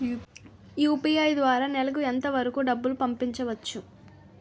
UPI ద్వారా నెలకు ఎంత వరకూ డబ్బులు పంపించవచ్చు?